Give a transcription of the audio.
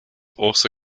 also